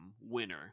Winner